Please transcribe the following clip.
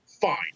Fine